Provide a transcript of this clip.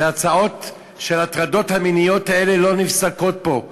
וההצעות של ההטרדות המיניות האלה לא נפסקות פה.